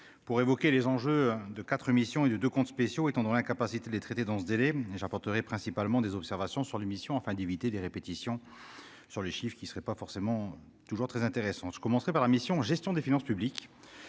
pour évoquer les enjeux de 4 émissions et de de comptes spéciaux étant dans l'incapacité de les traiter dans ce délai j'apporterai principalement des observations sur l'émission afin d'éviter les répétitions sur le chiffre qui serait pas forcément toujours très intéressant, je commencerai par la mission Gestion des finances publiques,